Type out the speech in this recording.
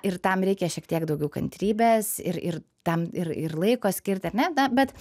ir tam reikia šiek tiek daugiau kantrybės ir ir tam ir ir laiko skirti ar ne na bet